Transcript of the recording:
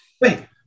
Wait